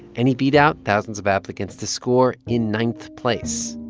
and he beat out thousands of applicants to score in ninth place.